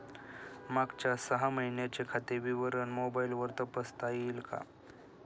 मागच्या सहा महिन्यांचे खाते विवरण मोबाइलवर तपासता येईल का?